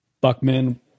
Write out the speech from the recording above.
Buckman